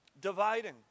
dividing